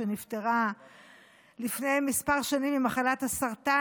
שנפטרה לפני כמה שנים ממחלת הסרטן.